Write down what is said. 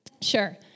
sure